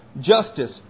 justice